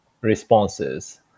responses